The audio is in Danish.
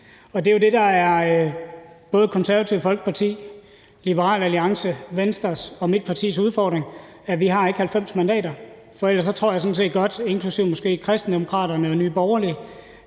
og det er jo det, der både er Konservative Folkeparti, Liberal Alliance, Venstre og mit partis udfordring: Vi har ikke 90 mandater. For ellers tror jeg sådan set godt – inklusive måske Kristendemokraterne og Nye Borgerlige